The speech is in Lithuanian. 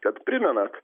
kad primenat